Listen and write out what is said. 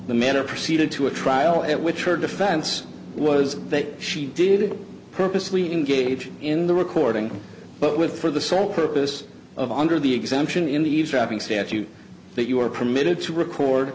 the manner proceeded to a trial at which her defense was that she did it purposely engage in the recording but with for the sole purpose of under the exemption in the eavesdropping statute that you are permitted to record